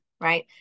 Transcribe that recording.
right